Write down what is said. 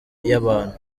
y’abantu